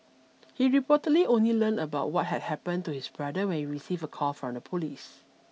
he reportedly only learned about what had happened to his brother when we received a call from the police